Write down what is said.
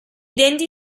denti